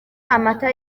amata